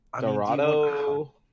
dorado